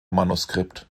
manuskript